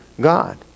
God